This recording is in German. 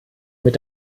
mit